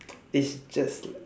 it's just like